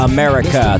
America